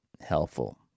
helpful